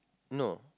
no